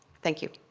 thank you.